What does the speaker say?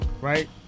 right